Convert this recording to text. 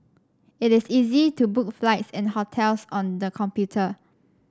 it is easy to book flights and hotels on the computer